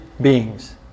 beings